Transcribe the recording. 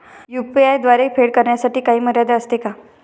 UPI द्वारे फेड करण्यासाठी काही मर्यादा असते का?